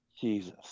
Jesus